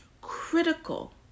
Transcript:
critical